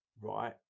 Right